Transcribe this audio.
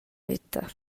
veta